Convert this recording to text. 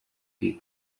big